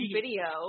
video